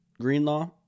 Greenlaw